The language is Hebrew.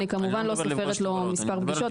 אני כמובן לא סופרת לו מספר פגישות,